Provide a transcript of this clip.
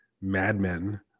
madmen